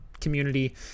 community